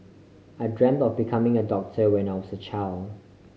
I dreamt of becoming a doctor when I was a child